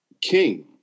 king